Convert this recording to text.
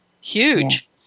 huge